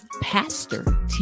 pastor